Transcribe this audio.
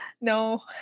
No